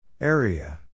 Area